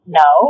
no